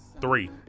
Three